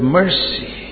mercy